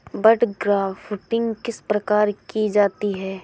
बड grafting किस प्रकार की जाती है?